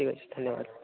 ଠିକ୍ ଅଛି ଧନ୍ୟବାଦ